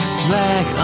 flag